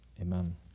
Amen